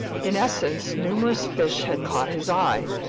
in essence, numerous fish had caught his eye,